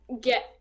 get